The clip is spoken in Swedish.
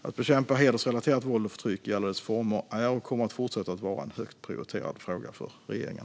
Att bekämpa hedersrelaterat våld och förtryck i alla dess former är och kommer att fortsätta att vara en högt prioriterad fråga för regeringen.